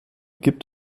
gibt